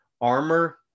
Armor